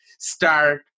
start